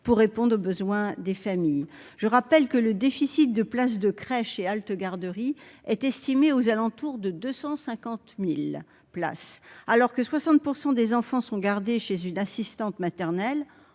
pour répondre aux besoins des familles, je rappelle que le déficit de places de crèches et haltes-garderies est estimé aux alentours de 250000 places alors que 60 % des enfants sont gardés chez une assistante maternelle,